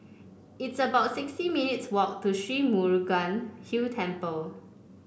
it's about sixty minutes' walk to Sri Murugan Hill Temple